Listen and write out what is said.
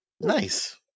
Nice